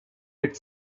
had